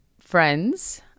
friends